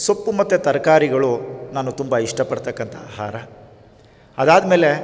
ಸೊಪ್ಪು ಮತ್ತು ತರಕಾರಿಗಳು ನಾನು ತುಂಬ ಇಷ್ಟಪಡ್ತಕ್ಕಂಥ ಆಹಾರ ಅದಾದಮೇಲೆ